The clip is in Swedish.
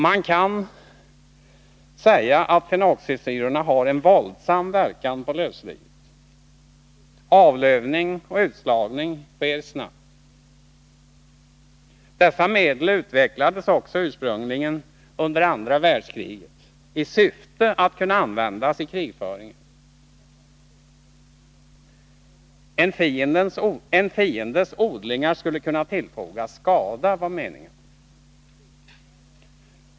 Man kan säga att fenoxisyrorna har en våldsam verkan på lövslyet. Avlövning och utslagning sker snabbt. Dessa medel utvecklades också ursprungligen under andra världskriget i syfte att kunna användas i krigföringen. En fiendes odlingar skulle kunna tillfogas skada, var meningen.